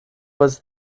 was